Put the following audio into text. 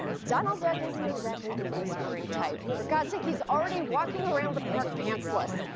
donald duck isn't exactly the whispering type. for god's sake, he's already walking around the park pantless.